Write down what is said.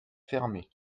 fermé